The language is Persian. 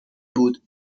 بود